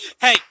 Hey